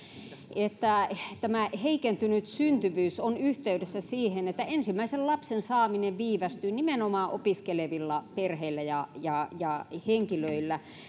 että heikentynyt syntyvyys on yhteydessä siihen että ensimmäisen lapsen saaminen viivästyy nimenomaan opiskelevilla perheillä ja ja henkilöillä